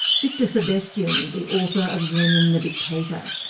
victor sebestyen, the author of lenin the dictator.